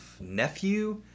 nephew